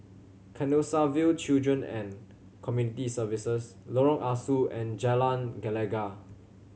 Canossaville Children and Community Services Lorong Ah Soo and Jalan Gelegar